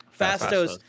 Fastos